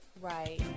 Right